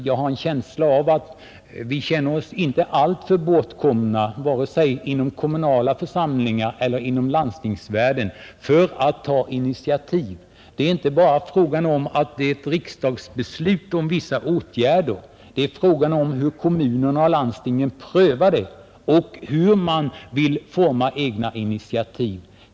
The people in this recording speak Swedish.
Jag har en känsla av att vi inte känner oss alltför bortkomna vare sig inom kommunala församlingar eller inom landstingsvärlden när det gäller att ta initiativ. Det är inte bara fråga om ett riksdagsbeslut och vissa åtgärder, utan det är fråga om hur kommunerna och landstingen prövar det och hur man vill forma egna initiativ.